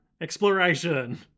exploration